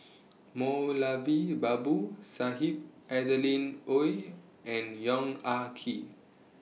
Moulavi Babu Sahib Adeline Ooi and Yong Ah Kee